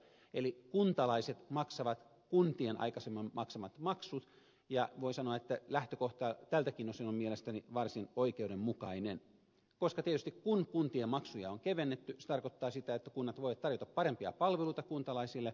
eli kuntalaiset maksavat kuntien aikaisemmin maksamat maksut ja voi sanoa että lähtökohta tältäkin osin on mielestäni varsin oikeudenmukainen koska tietysti kun kuntien maksuja on kevennetty se tarkoittaa sitä että kunnat voivat tarjota parempia palveluita kuntalaisille